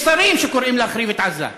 יש שרים שקוראים להחריב את עזה.